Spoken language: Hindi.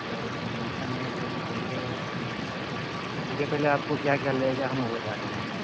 सर कंडीशन यह है कि पहले देखिये पहले आपको क्या क्या लगेगा हम वो बता दे रहे हैं